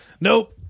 nope